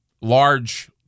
large